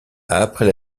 après